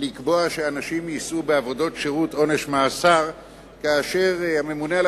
לקבוע שאנשים יישאו עונש מאסר בעבודות שירות והממונה על